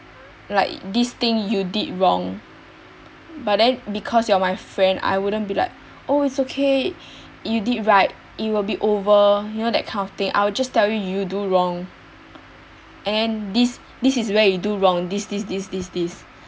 like this thing you did wrong but then because you are my friend I wouldn't be like oh it's okay you did right it will be over you know that kind of thing I will just tell you you do wrong and then this this is where you do wrong this this this this this